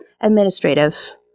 administrative